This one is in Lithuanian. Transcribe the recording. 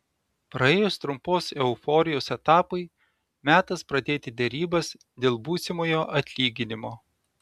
praėjus trumpos euforijos etapui metas pradėti derybas dėl būsimojo atlyginimo